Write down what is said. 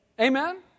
amen